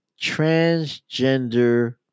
transgender